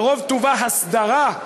ברוב טובה, הסדרה,